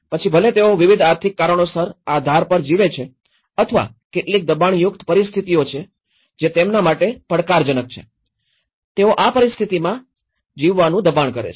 પછી ભલે તેઓ વિવિધ આર્થિક કારણોસર આ ધાર પર જીવે છે અથવા કેટલીક દબાણયુક્ત પરિસ્થિતિઓ છે જે તેમના માટે પડકારજનક છે તેઓને આ પરિસ્થિતિમાં જીવવાનું દબાણ કરે છે